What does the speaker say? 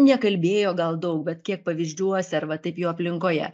nekalbėjo gal daug bet kiek pavyzdžiuose ar va taip jo aplinkoje